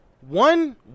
One